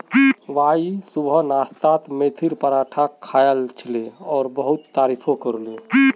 Y सुबह नाश्तात मेथीर पराठा खायाल छिले और बहुत तारीफो करले